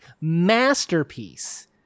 masterpiece